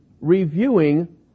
reviewing